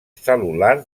cel·lular